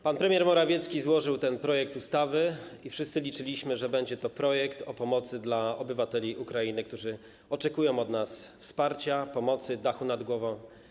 Pan premier Morawiecki złożył ten projekt ustawy i wszyscy liczyliśmy, że będzie to projekt o pomocy dla obywateli Ukrainy, którzy oczekują od nas wsparcia, pomocy, dachu nad głową.